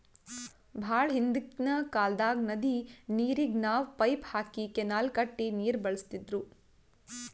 ಭಾಳ್ ಹಿಂದ್ಕಿನ್ ಕಾಲ್ದಾಗ್ ನದಿ ನೀರಿಗ್ ನಾವ್ ಪೈಪ್ ಹಾಕಿ ಕೆನಾಲ್ ಕಟ್ಟಿ ನೀರ್ ಬಳಸ್ತಿದ್ರು